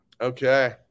Okay